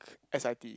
s_i_t